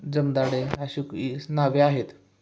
जमदाडे नावे आहेत